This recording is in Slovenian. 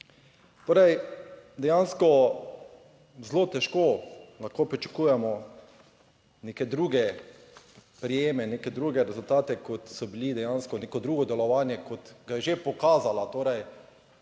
dejansko zelo težko lahko pričakujemo neke druge prijeme, neke druge rezultate kot so bili dejansko, neko drugo delovanje kot ga je že pokazala